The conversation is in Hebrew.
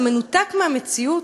זה מנותק מהמציאות.